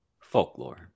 Folklore